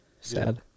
Sad